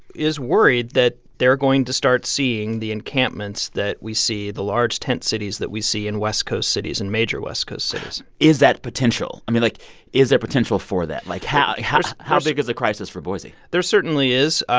is worried that they're going to start seeing the encampments that we see, the large tent cities that we see in west coast cities in major west coast cities is that potential? i mean, like is there potential for that? like, how how big is the crisis for boise? there certainly is.